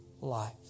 life